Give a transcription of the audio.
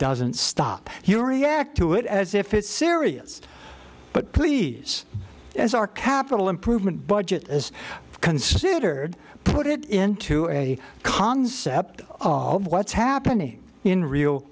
doesn't stop your react to it as if it's serious but please as our capital improvement budget is considered put it into a concept of what's happening in real